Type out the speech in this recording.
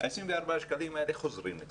ה-24 שקלים האלה חוזרים לכאן.